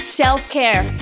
self-care